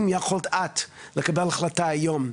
האם יכולת את לקבל החלטה היום,